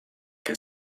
che